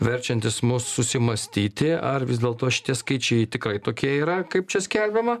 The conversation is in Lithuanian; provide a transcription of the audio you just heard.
verčiantis mus susimąstyti ar vis dėl to šitie skaičiai tikrai tokie yra kaip čia skelbiama